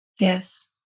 Yes